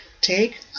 Take